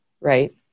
right